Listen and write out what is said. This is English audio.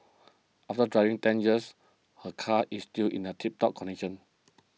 after driving ten years her car is still in a tiptop condition